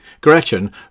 Gretchen